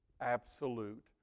Absolute